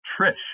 TRISH